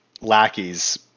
lackeys